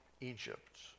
Egypt